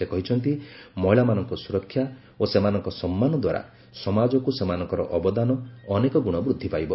ସେ କହିଛନ୍ତି ମହିଳାମାନଙ୍କ ସୁରକ୍ଷା ଓ ସେମାନଙ୍କ ସମ୍ମାନ ଦ୍ୱାରା ସମାଜକୁ ସେମାନଙ୍କର ଅବଦାନ ଅନେକଗୁଣ ବୃଦ୍ଧି ପାଇବ